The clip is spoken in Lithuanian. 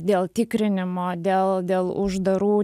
dėl tikrinimo dėl dėl uždarų